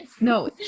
no